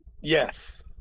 Yes